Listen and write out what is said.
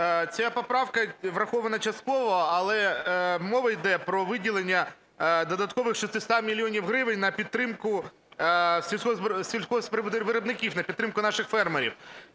Ця поправка врахована частково. Але мова йде про виділення додаткових 600 мільйонів гривень на підтримку сільськогосподарських виробників, на підтримку наших фермерів.